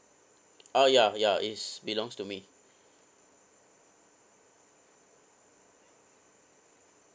uh ya ya it's belongs to me